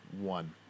One